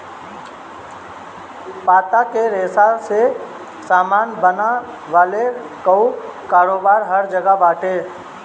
पत्ता के रेशा से सामान बनवले कअ कारोबार हर जगह बाटे